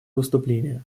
выступление